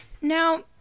Now